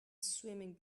swimming